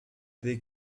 they